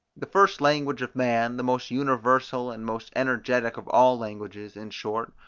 the first language of man, the most universal and most energetic of all languages, in short,